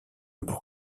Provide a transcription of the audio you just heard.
pour